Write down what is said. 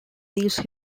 these